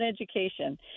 education